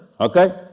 okay